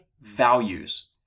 values